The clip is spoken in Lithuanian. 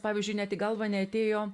pavyzdžiui net į galvą neatėjo